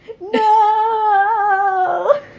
No